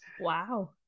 Wow